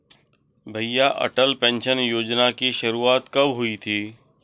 भैया अटल पेंशन योजना की शुरुआत कब हुई थी?